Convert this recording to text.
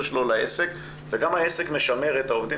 שלו לעסק וגם העסק משמר את העובדים,